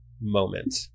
moment